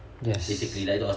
yes